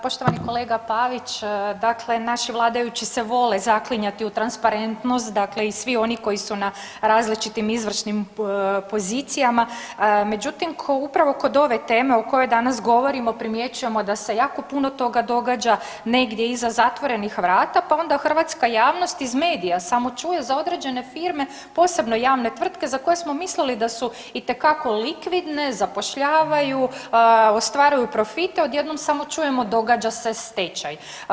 Poštovani kolega Pavić, dakle naši vladajući se vole zaklinjati u transparentnost dakle i svi oni koji su na različitim izvršnim pozicijama, međutim upravo kod ove teme o kojoj danas govorimo primjećujemo da se jako puno toga događa negdje iza zatvorenih vrata pa onda hrvatska javnost iz medija samo čuje za određene firme, posebno javne tvrtke za koje smo mislili da su itekako likvidne, zapošljavaju, ostvaruju profite, odjednom samo čujemo događa se stečaj.